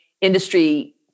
industry